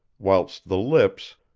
whilst the lips,